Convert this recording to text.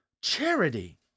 charity